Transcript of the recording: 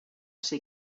ser